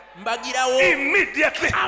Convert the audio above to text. Immediately